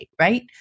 right